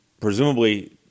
presumably